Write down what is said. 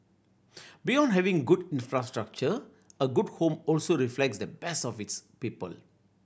beyond having good infrastructure a good home also reflects the best of its people